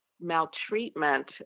maltreatment